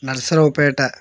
Narsa Rao Peta